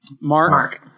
Mark